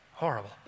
Horrible